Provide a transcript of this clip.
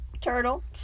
Turtle